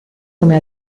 come